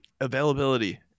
Availability